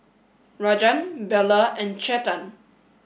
Rajan Bellur and Chetan